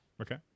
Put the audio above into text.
Okay